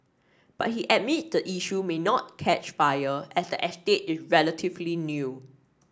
but he admit the issue may not catch fire as the estate is relatively new